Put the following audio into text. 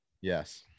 Yes